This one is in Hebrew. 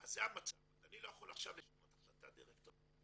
אז אני לא יכול עכשיו לשנות החלטת דירקטוריון,